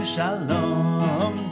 Shalom